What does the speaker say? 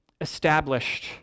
established